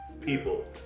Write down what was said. people